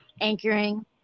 anchoring